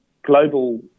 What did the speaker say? Global